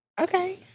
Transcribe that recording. Okay